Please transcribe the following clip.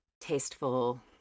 tasteful